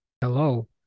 Hello